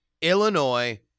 Illinois